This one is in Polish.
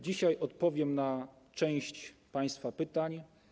Dzisiaj odpowiem na część państwa pytań.